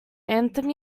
anthem